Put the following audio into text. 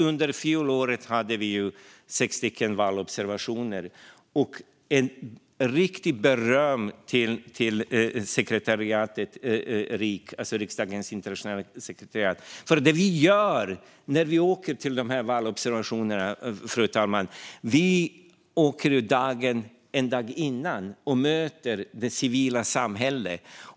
Under fjolåret hade vi sex valobservationer. Jag vill ge riktigt mycket beröm till sekretariatet på RIK, riksdagens internationella kansli. När vi åker till valobservationerna, fru talman, åker vi en dag innan och möter det civila samhället.